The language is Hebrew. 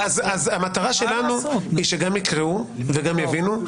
המטרה שלנו היא שגם יקראו וגם יבינו,